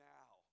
now